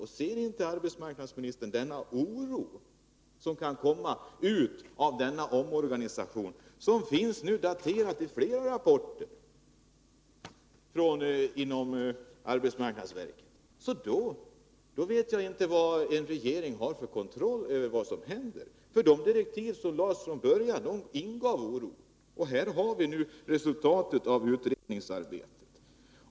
Om arbetsmarknadsministern inte ser den oroande utveckling som kan bli resultatet av denna omorganisation — och som nu finns dokumenterad i flera rapporter inom arbetsmarknadsverket — vet jag inte vad regeringen har för kontroll över vad som händer. Redan från början ingav de direktiv som utfärdades oro, och nu har vi resultatet av utredningsarbetet.